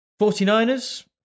49ers